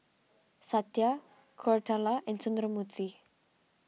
Satya Koratala and Sundramoorthy